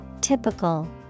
typical